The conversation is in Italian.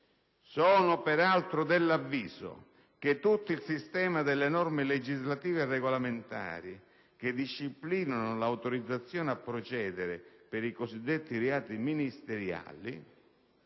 «sono peraltro dell'avviso che tutto il sistema delle norme legislative e regolamentari che disciplinano l'autorizzazione a procedere per i cosiddetti reati ministeriali